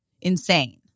insane